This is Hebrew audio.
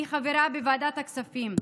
אני חברה בוועדת הכספים.